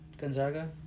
Gonzaga